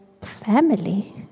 family